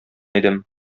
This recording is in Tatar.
идем